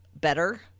better